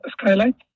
skylight